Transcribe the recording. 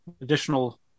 additional